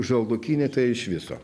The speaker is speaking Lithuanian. žaldokynė tai iš viso